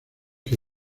que